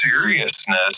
seriousness